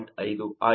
5 ಆಗಿದೆ